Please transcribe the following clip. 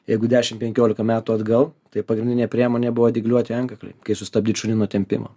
jeigu dešim penkiolika metų atgal tai pagrindinė priemonė buvo dygliuoti antkakliai kai sustabdyt šunį nuo tempimo